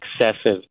excessive